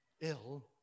ill